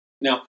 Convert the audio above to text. Now